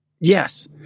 Yes